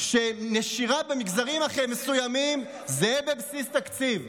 שנשירה במגזרים מסוימים זה בבסיס התקציב,